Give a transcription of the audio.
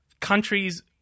countries